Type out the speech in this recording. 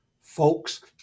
Folks